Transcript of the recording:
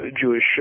Jewish